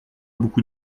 beaucoup